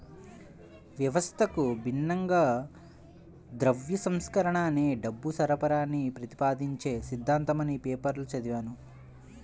వ్యవస్థకు భిన్నంగా ద్రవ్య సంస్కరణ అనేది డబ్బు సరఫరాని ప్రతిపాదించే సిద్ధాంతమని పేపర్లో చదివాను